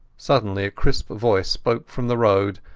suddenly a crisp voice spoke from the road,